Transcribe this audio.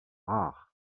rares